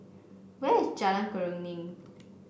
where is Jalan Keruing